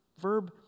verb